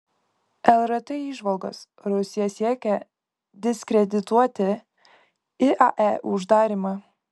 lrt įžvalgos rusija siekia diskredituoti iae uždarymą